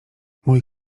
mój